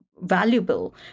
valuable